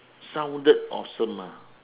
sounded awesome ah